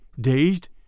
dazed